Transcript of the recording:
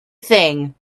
thing